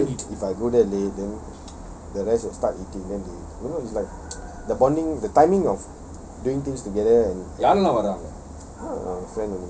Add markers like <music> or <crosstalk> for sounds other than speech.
cannot be if I go there late then the rest will start eating then they you know it's like <noise> the bonding the timing of doing things together and